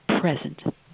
present